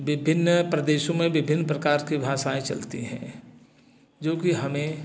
विभिन्न प्रदेशों में विभिन्न प्रकार की भाषाएँ चलती हैं जो कि हमें